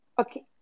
Okay